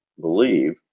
believe